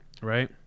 Right